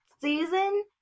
season